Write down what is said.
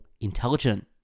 intelligent